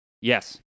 Yes